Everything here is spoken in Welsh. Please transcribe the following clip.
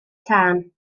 tân